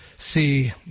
see